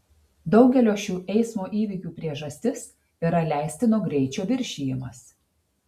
daugelio šių eismo įvykių priežastis yra leistino greičio viršijimas